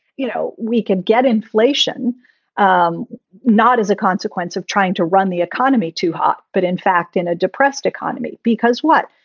you know, we can get inflation um not as a consequence of trying to run the economy too hot. but in fact, in a depressed economy. because what?